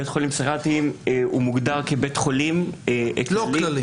בית חולים פסיכיאטרי הוא מוגדר כבית חולים כללי.